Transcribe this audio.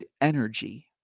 energy